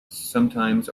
sometimes